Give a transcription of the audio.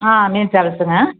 ஆ mini ட்ராவல்ஸ்ஸுங்க